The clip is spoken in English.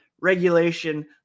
regulation